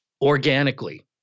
organically